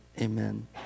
amen